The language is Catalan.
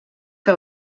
que